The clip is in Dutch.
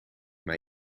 mij